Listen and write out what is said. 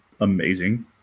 amazing